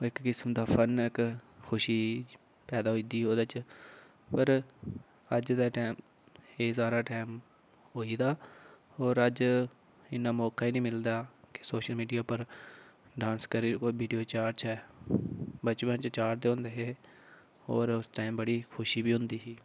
इक्क किस्म दा फन्न इक खुशी पैदा होई जंदी ही ओह्दे च पर अज्ज दे टाईम एह् सारा टाईम होई दा होर अज्ज इन्ना मौका गै नीं मिलदा कि सोशल मिडिया उप्पर डांस करियै कोई विडियो चाढ़चै बचपन च चाढ़दे होंदे हे होर उस टाईम बड़ी खुशी बी होंदी ही